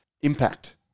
impact